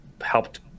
helped